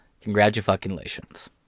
Congratulations